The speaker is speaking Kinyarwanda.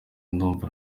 ndumva